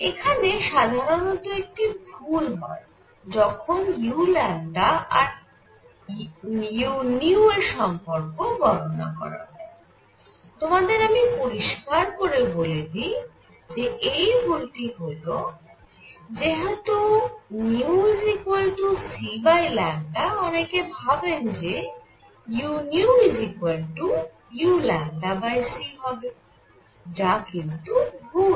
এখানে সাধারণত একটি ভুল হয় যখন u আর u এর সম্পর্ক গণনা করা হয় তোমাদের আমি পরিস্কার করে বলে দিই যে এই ভুল টি হল যেহেতু νcλ অনেকে ভাবেন যে uuc হবে যা কিন্তু ভুল